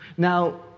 Now